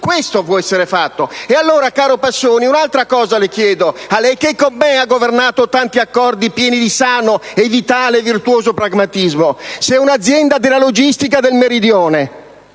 Questo può essere fatto. E allora, senatore Passoni, le chiedo un'altra cosa, a lei che con me ha governato tanti accordi pieni di sano, vitale e virtuoso pragmatismo. Se una azienda della logistica del meridione,